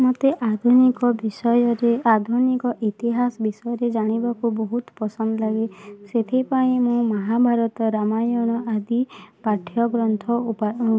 ମୋତେ ଆଧୁନିକ ବିଷୟରେ ଆଧୁନିକ ଇତିହାସ ବିଷୟରେ ଜାଣିବାକୁ ବହୁତ ପସନ୍ଦ ଲାଗେ ସେଥିପାଇଁ ମୁଁ ମହାଭାରତ ରାମାୟଣ ଆଦି ପାଠ୍ୟଗ୍ରନ୍ଥ ଉପା